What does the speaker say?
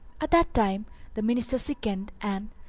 at that time the minister sickened and,